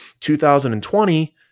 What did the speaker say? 2020